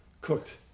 cooked